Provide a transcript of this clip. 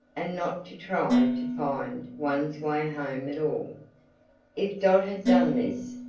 and not to try to find one's way home at all. if dot had done this,